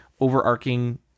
overarching